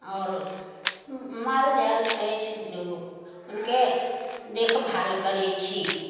आओर माल जाल अछि दूगो ओकरा देखभाल करै छी